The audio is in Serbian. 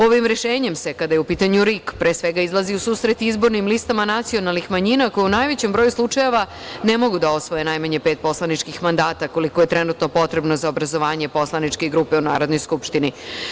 Ovim rešenjem se, kada je u pitanju RIK, pre svega izlazi u susret nacionalnim manjinama koje u najvećem broju slučajeva ne mogu da osvoje najmanje pet poslaničkih mandata, koliko je trenutno potrebno za obrazovanje poslaničke grupe u Narodnoj skupštini.